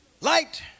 light